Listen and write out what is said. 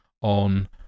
on